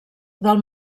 del